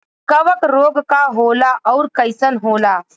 कवक रोग का होला अउर कईसन होला?